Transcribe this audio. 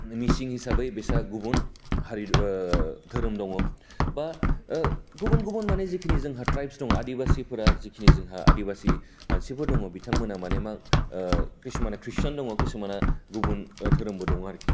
मिसिं हिसाबै बिसोरा गुबुन हारि धोरोम दं बा गुबुन गुबुन गुबुन माने जिखिनि जोहा ट्राइपस दं आदिबासिफोरा जिखिनि जोंहा आदिबासि मानसिफोर दं बिथांमोनहा माने मा खिसुमाना ख्रिस्टियान दं खिसुमाना गुबुन धोरोमबो दं